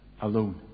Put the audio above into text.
alone